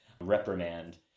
reprimand